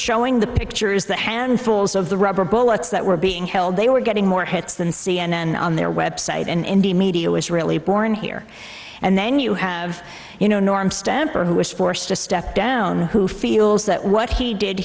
showing the pictures the handfuls of the rubber bullets that were being held they were getting more hits than c n n on their website and indian media was really born here and then you have you know norm stamper who was forced to step down who feels that what he did